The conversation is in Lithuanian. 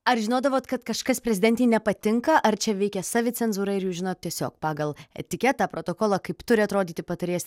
ar žinodavot kad kažkas prezidentei nepatinka ar čia veikia savicenzūra ir jūs žinot tiesiog pagal etiketą protokolą kaip turi atrodyti patarėjas